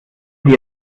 die